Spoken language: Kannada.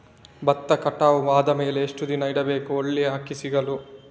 ಭತ್ತ ಕಟಾವು ಆದಮೇಲೆ ಎಷ್ಟು ದಿನ ಇಡಬೇಕು ಒಳ್ಳೆಯ ಅಕ್ಕಿ ಸಿಗಲು?